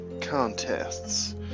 contests